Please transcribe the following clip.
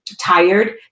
tired